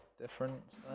difference